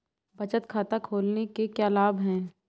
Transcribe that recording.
बचत खाता खोलने के क्या लाभ हैं?